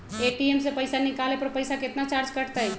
ATM से पईसा निकाले पर पईसा केतना चार्ज कटतई?